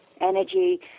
energy